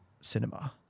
cinema